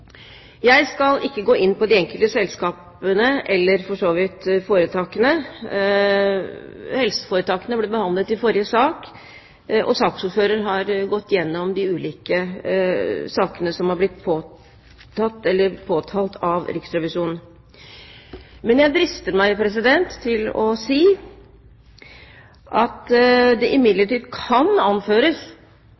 Jeg skal ikke gå inn på de enkelte selskapene eller foretakene. Helseforetakene ble behandlet i forrige sak, og saksordføreren har gått gjennom de ulike sakene som har blitt påtalt av Riksrevisjonen. Men jeg drister meg til å si at det